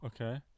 Okay